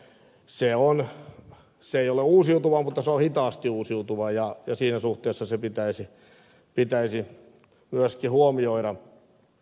se ei ole uusiutuvaa mutta se on hitaasti uusiutuvaa ja siinä suhteessa se pitäisi myöskin huomioida